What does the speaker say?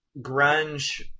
grunge